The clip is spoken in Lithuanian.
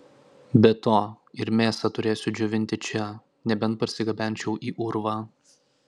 be to ir mėsą turėsiu džiovinti čia nebent parsigabenčiau į urvą